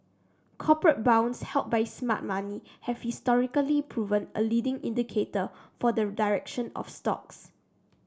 corporate bonds held by smart money have historically proven a leading indicator for the direction of stocks